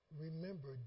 remember